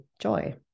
joy